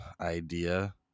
idea